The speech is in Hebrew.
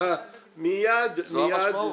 מייד --- זו המשמעות.